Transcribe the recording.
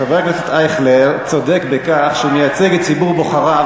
חבר הכנסת אייכלר צודק בכך שהוא מייצג את ציבור בוחריו